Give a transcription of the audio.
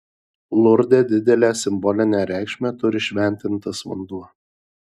lurde didelę simbolinę reikšmę turi šventintas vanduo